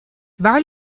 waar